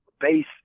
base